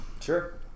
Sure